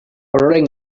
ororen